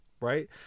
Right